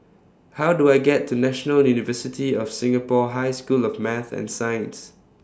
How Do I get to National University of Singapore High School of Math and Science